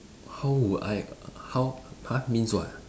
how would I how !huh! means what